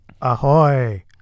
ahoy